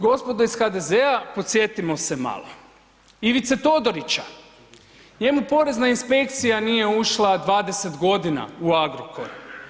Gospodo iz HDZ-a podsjetimo se malo Ivice Todorića njemu porezna inspekcija nije ušla 20 godina u Agrokor.